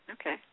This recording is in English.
Okay